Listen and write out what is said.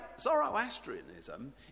Zoroastrianism